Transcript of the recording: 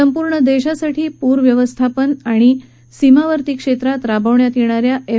संपूर्ण देशासाठी पूर व्यवस्थापनासाठी आणि सीमावर्ती क्षेत्रात राबवण्यात येणाऱ्या एफ